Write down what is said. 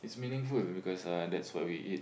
is meaningful because uh that's what we eat